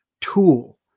tool